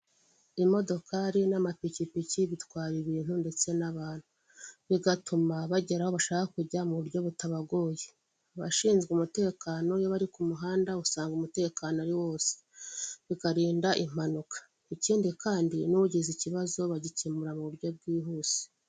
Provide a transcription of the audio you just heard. Abantu bari mu ihema bicaye bari mu nama, na none hari abandi bahagaze iruhande rw'ihema bari kumwe n'abashinzwe umutekano mo hagati hari umugabo uri kuvuga ijambo ufite mikoro mu ntoki.